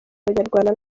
abanyarwanda